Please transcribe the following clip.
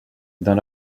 dans